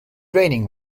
raining